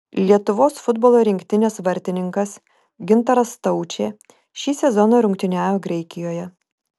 lietuvos futbolo rinktinės vartininkas gintaras staučė šį sezoną rungtyniauja graikijoje